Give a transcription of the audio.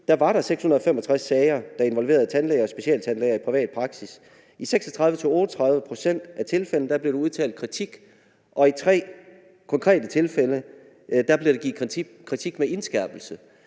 2023 var der 665 sager, der involverede tandlæger og specialtandlæger i privat praksis. I 36-38 pct. af tilfældene blev der udtalt kritik, og i tre konkrete tilfælde blev der givet kritik med indskærpelse.